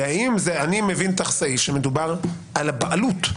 והאם אני מבין את הסעיף, שמדובר על בעלות.